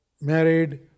married